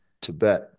Tibet